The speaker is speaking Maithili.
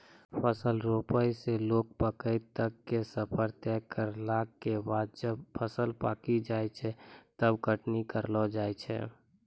फसल रोपै स लैकॅ पकै तक के सफर तय करला के बाद जब फसल पकी जाय छै तब कटनी करलो जाय छै